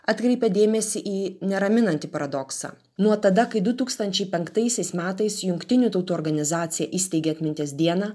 atkreipė dėmesį į neraminantį paradoksą nuo tada kai du tūkstančiai penktaisiais metais jungtinių tautų organizacija įsteigė atminties dieną